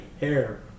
hair